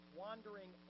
wandering